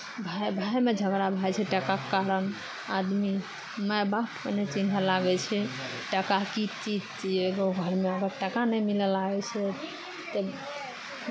भाय भायमे झगड़ा भए जाइ छै टाकाके कारण आदमी माय बापकेँ नहि चिन्हय लागै छै टाका की चीज छियै इहो घरमे अगर टाका नहि मिलय लागै छै तऽ